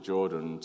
Jordan